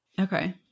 Okay